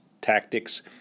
tactics